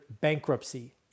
bankruptcy